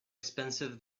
expensive